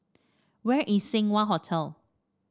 where is Seng Wah Hotel